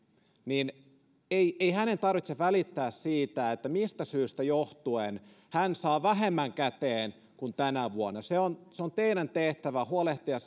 niin ei ei hänen tarvitse välittää siitä että mistä syystä johtuen hän saa vähemmän käteen kuin tänä vuonna se on se on teidän tehtävänne huolehtia